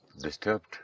Disturbed